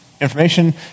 information